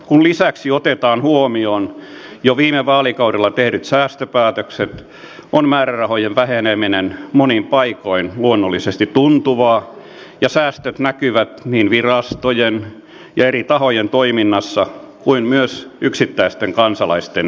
kun lisäksi otetaan huomioon jo viime vaalikaudella tehdyt säästöpäätökset on määrärahojen väheneminen monin paikoin luonnollisesti tuntuvaa ja säästöt näkyvät niin virastojen ja eri tahojen toiminnassa kuin myös yksittäisten kansalaisten elämässä